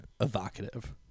evocative